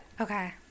okay